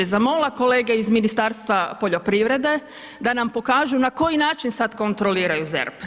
Zamolila kolege iz Ministarstva poljoprivrede da nam pokažu na koji način sada kontroliraju ZERP.